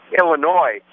Illinois